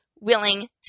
willing